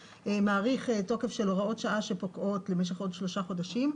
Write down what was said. מאריך תוקף של הוראות שעה שפוקעות למשך עוד שלושה חודשים.